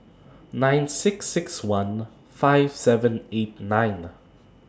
nine six six one five seven eight nine